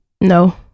No